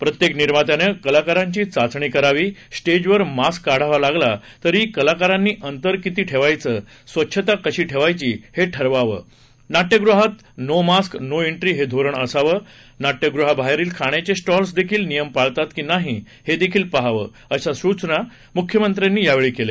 प्रत्येक निर्मात्यानं कलाकारांची चाचणी करावी स्टेजवर मास्क काढावा लागला तरी कलाकारांनी अंतर किती ठेवायचं स्वच्छता कशी ठेवायची हे ठरवावं नाट्यगृहात नो मास्क नो एन्ट्री हे धोरण असावं नाट्यगृहाबाहेरील खाण्याचे स्टॅल्स देखील नियम पाळतात की नाही हे पहावं अशा सूचना मुख्यमंत्र्यांनी यावेळी केल्या